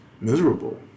miserable